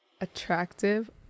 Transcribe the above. attractive